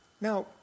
Now